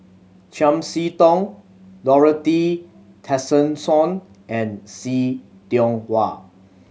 Chiam See Tong Dorothy Tessensohn and See Tiong Wah